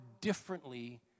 differently